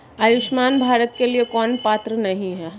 आयुष्मान भारत के लिए कौन पात्र नहीं है?